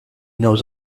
knows